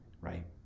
right